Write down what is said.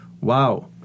Wow